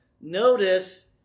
Notice